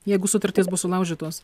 jeigu sutartys bus sulaužytos